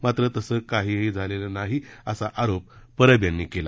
मात्र तसं काहीही झालं नाही असा आरोप परब यांनी केला